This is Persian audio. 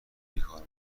بیکار